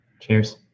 Cheers